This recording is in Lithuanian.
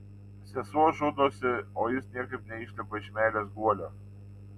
sesuo žudosi o jis niekaip neišlipa iš meilės guolio